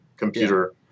Computer